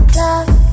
love